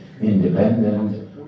independent